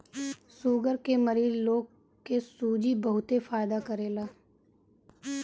sugar के मरीज लोग के सूजी बहुते फायदा करेला